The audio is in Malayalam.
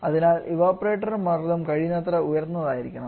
അതിനാൽ ഇവപൊറേറ്റർ മർദ്ദം കഴിയുന്നത്ര ഉയർന്നതായിരിക്കണം